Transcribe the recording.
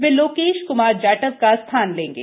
वे लोकेश क्मार जाटव का स्थान लेंगे